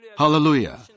Hallelujah